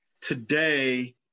today